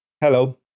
Hello